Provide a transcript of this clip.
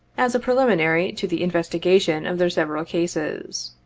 as a preliminary to the investigation of their several cases.